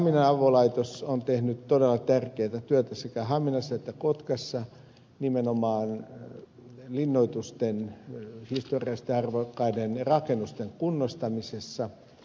haminan avolaitos on tehnyt todella tärkeätä työtä sekä haminassa että kotkassa nimenomaan linnoitusten ja historiallisesti arvokkaiden rakennusten kunnostamisessa